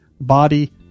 Body